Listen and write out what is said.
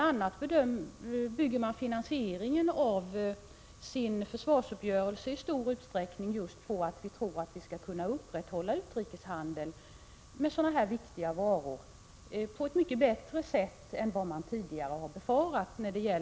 a. bygger man finansieringen av försvarsuppgörelsen i stor utsträckning just på att man tror att vi i ett kriseller krigsläge skall kunna upprätthålla utrikeshandeln med sådana här viktiga varor på ett mycket bättre sätt än man tidigare har befarat.